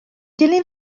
dilyn